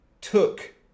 took